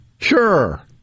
Sure